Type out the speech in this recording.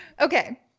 Okay